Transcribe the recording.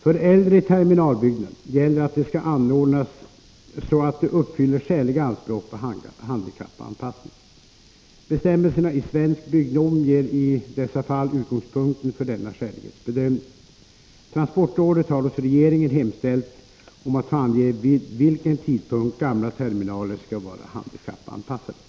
För äldre terminalbyggnader gäller att de skall anordnas så att de uppfyller skäliga anspråk på handikappanpassning. Bestämmelserna i Svensk byggnorm ger i dessa fall utgångspunkten för denna skälighetsbedömning. Transportrådet har hos regeringen hemställt om att få ange vid vilken tidpunkt gamla terminaler skall vara handikappanpassade.